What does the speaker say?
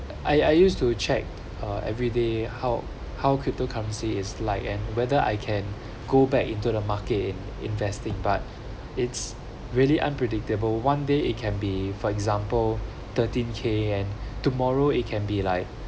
I I used to check uh everyday how how cryptocurrency is like and whether I can go back into the market in investing but it's really unpredictable one day it can be for example thirteen K and tomorrow it can be like